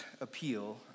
appeal